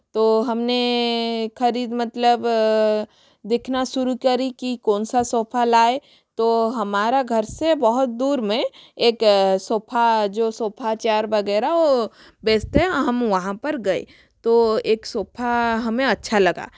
तो हमने खरीद मतलब देखना शुरू करी कि कौन सा सोफा लाये तो हमारा घर से बहुत दूर में एक सोफा जो सोफे चार वगैरह वो बेचते हैं हम वहाँ पर गए तो एक सोफा हमें अच्छा लगा